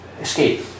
escape